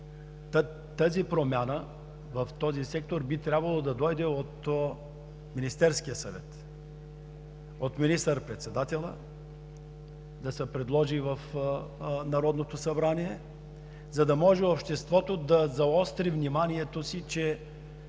тази промяна в този сектор би трябвало да дойде от Министерския съвет, от министър-председателя, да се предложи в Народното събрание, за да може обществото да заостри вниманието си, че